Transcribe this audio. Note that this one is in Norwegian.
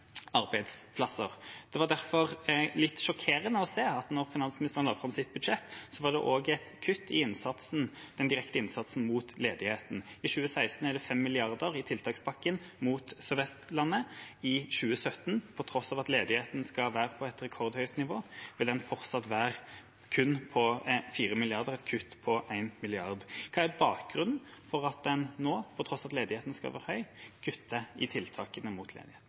arbeidsplasser. Det var derfor litt sjokkerende å se at da finansministeren la fram sitt budsjett, var det også et kutt i den direkte innsatsen mot ledigheten. I 2016 er det 5 mrd. kr i tiltakspakken for Sør-Vestlandet. I 2017, på tross av at ledigheten er på et rekordhøyt nivå, vil den fortsatt være på kun 4 mrd. kr – et kutt på 1 mrd. kr. Hva er bakgrunnen for at en nå, på tross av at ledigheten er høy, kutter i tiltakene mot